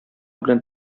белән